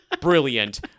brilliant